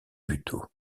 buteau